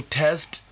test